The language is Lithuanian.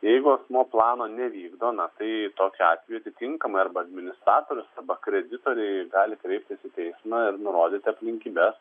jeigu asmuo plano nevykdo na tai tokiu atveju atitinkamai arba administratorius arba kreditoriai gali kreiptis į teismą ir nurodyti aplinkybes